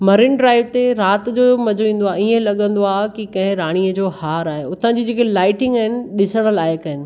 Marin Drive ते राति जो मज़ो ईंदो आहे ईअं लॻंदो आहे की कंहिं राणीअ जो हारु आहे हुतां जी जेके लाईटिंग आहिनि ॾिसणु लाइक़ु आहिनि